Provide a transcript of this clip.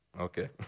Okay